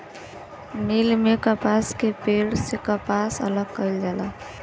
मिल में कपास के पेड़ से कपास अलग कईल जाला